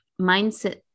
mindset